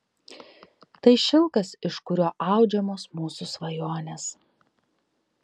tai šilkas iš kurio audžiamos mūsų svajonės